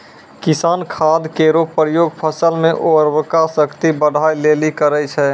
किसान खाद केरो प्रयोग फसल म उर्वरा शक्ति बढ़ाय लेलि करै छै